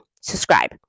subscribe